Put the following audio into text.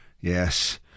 Yes